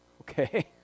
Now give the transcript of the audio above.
Okay